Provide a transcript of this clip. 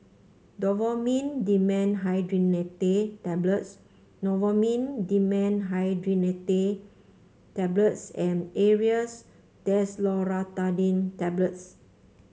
Novomin Dimenhydrinate Tablets Novomin Dimenhydrinate Tablets and Aerius Desloratadine Tablets